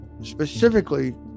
specifically